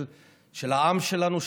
של העם שלנו,